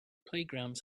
playgrounds